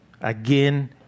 Again